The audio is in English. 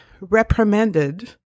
reprimanded